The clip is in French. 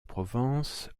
provence